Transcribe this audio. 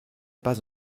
pas